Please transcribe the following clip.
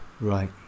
Right